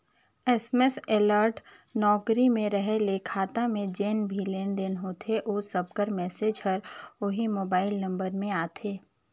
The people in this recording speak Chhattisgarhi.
एस.एम.एस अलर्ट नउकरी में रहें ले खाता में जेन भी लेन देन होथे ओ सब कर मैसेज हर ओही मोबाइल नंबर में आथे